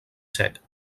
sec